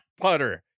putter